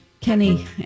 Kenny